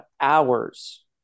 hours